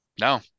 No